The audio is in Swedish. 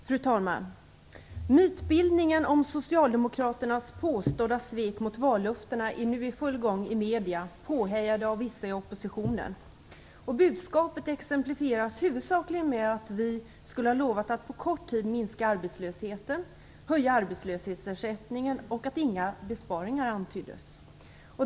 Fru talman! Mytbildningen om Socialdemokraternas påstådda svek mot vallöftena är nu i full gång i medierna, påhejade av vissa i oppositionen. Budskapet exemplifieras huvudsakligen med att vi skulle ha lovat att på kort tid minska arbetslösheten och höja arbetslöshetsersättningen och att inga besparingar antyddes.